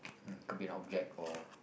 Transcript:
um could be an object or